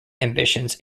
ambitions